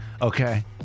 Okay